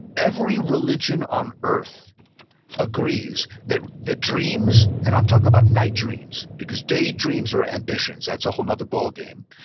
every religion on earth agrees that the dreams, and i'm talking about night dreams because daydreams are ambitions. that's a whole nother ballgame.